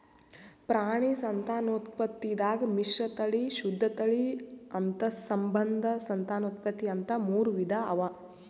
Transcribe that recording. ಪ್ರಾಣಿ ಸಂತಾನೋತ್ಪತ್ತಿದಾಗ್ ಮಿಶ್ರತಳಿ, ಶುದ್ಧ ತಳಿ, ಅಂತಸ್ಸಂಬಂಧ ಸಂತಾನೋತ್ಪತ್ತಿ ಅಂತಾ ಮೂರ್ ವಿಧಾ ಅವಾ